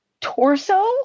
torso